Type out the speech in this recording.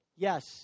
Yes